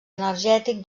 energètic